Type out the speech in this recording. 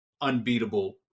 unbeatable